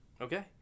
Okay